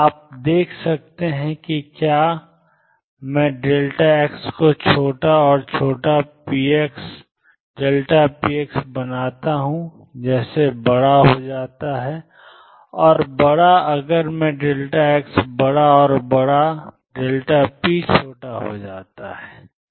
आप देख सकते हैं कि क्या मैं x को छोटा और छोटा px बनाता हूं जैसे बड़ा हो जाता है और बड़ा अगर मैं x बड़ा और बड़ा px छोटा और छोटा हो जाता हूं